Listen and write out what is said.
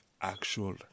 actual